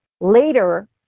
Later